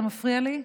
אתה מפריע לי.